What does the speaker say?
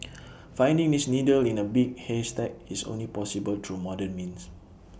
finding this needle in A big haystack is only possible through modern means